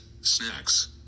snacks